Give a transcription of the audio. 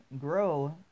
grow